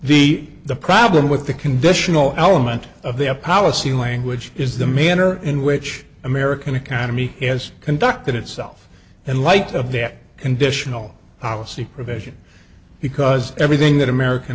the the problem with the conditional element of the policy language is the manner in which american economy has conduct itself and like of that conditional policy provision because everything that american